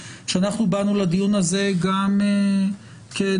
שאנחנו באנו לדיון הזה גם כנציגכם,